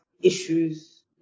issues